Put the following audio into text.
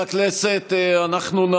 בוודאי.